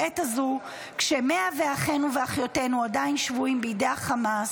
בעת הזו כש-100 מאחינו ומאחיותינו עדיין שבויים בידי חמאס,